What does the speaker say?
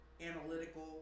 analytical